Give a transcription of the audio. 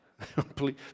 please